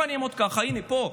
אם אני אעמוד ככה, הינה, פה,